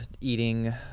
eating